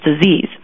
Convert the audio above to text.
disease